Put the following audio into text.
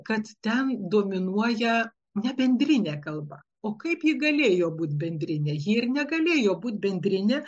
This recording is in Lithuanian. kad ten dominuoja ne bendrinė kalba o kaip ji galėjo būt bendrinė ji ir negalėjo būt bendrinė